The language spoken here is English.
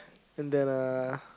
and then uh